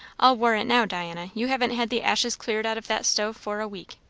i'll warrant, now, diana, you haven't had the ashes cleared out of that stove for a week.